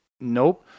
nope